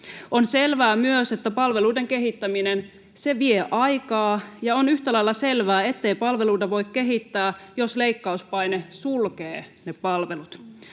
On selvää myös, että palveluiden kehittäminen vie aikaa, ja on yhtä lailla selvää, ettei palveluita voi kehittää, jos leikkauspaine sulkee ne palvelut.